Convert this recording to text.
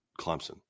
Clemson